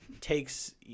takes